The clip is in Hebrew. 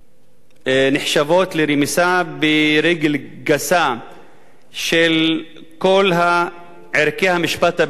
נחשבות לרמיסה ברגל גסה של כל ערכי המשפט הבין-לאומי,